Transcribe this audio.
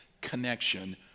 connection